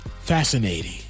fascinating